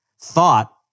thought